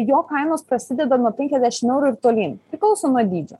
jo kainos prasideda nuo penkiasdešim eurų ir tolyn priklauso nuo dydžio